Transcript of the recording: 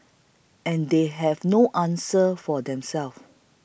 and they have no answer for themselves